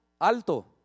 alto